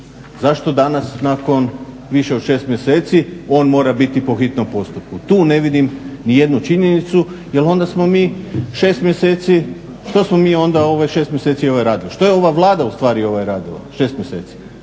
Zašto danas nakon više od 6 mjeseci on mora biti po hitnom postupku, tu ne vidim nijednu činjenicu jer onda smo mi 6 mjeseci, što smo mi 6 mjeseci radili, što je ova Vlada ustvari radila 6 mjeseci.